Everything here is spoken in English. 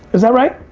is that right?